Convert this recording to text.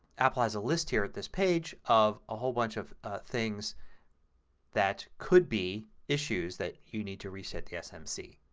apple has a list here at this page of a whole bunch of things that could be issues that you need to reset the smc.